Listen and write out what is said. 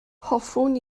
hoffwn